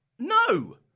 No